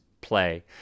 play